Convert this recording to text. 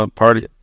party